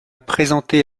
présenté